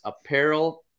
Apparel